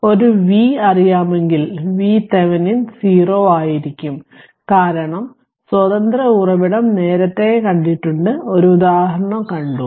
അതിനാൽ ഒരു V അറിയാമെങ്കിൽ VThevenin 0 ആയിരിക്കും കാരണം സ്വതന്ത്ര ഉറവിടം നേരത്തെ കണ്ടിട്ടുണ്ട് ഒരു ഉദാഹരണം കണ്ടു